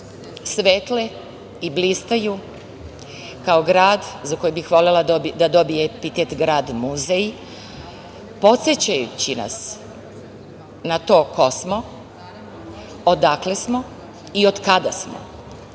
svetle i blistaju kao grad za koji bih volela da dobije epitet grad muzej, podsećajući nas na to ko smo, odakle smo i od kada smo